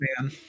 man